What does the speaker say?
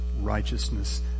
righteousness